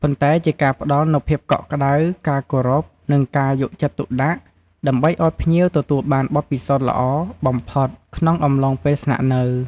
ប៉ុន្តែជាការផ្តល់នូវភាពកក់ក្តៅ ការគោរព និងការយកចិត្តទុកដាក់ ដើម្បីឲ្យភ្ញៀវទទួលបានបទពិសោធន៍ល្អបំផុតក្នុងអំឡុងពេលស្នាក់នៅ។